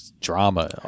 drama